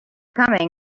coming